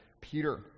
Peter